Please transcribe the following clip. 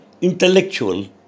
intellectual